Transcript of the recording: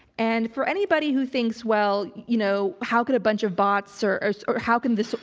and for anybody who thinks, well, you know, how could a bunch of bots or or how can this,